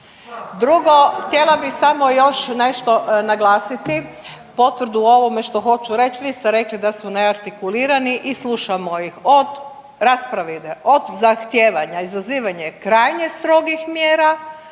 Drugo, htjela bi samo još nešto naglasiti, potvrdu ovome što hoću reći, vi ste rekli da su neartikulirani i slušamo ih od rasprava ide od zahtijevanja i zazivanja krajnje strogih mjera